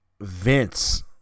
Vince